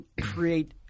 create